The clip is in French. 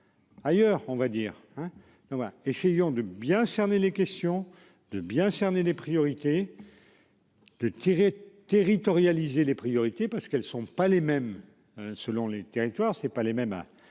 Ailleurs, on va dire hein non, essayons de bien cerner les questions de bien cerner les priorités. De tirer territorialiser les priorités parce qu'elles sont pas les mêmes selon les territoires. C'est pas les mêmes hein